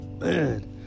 man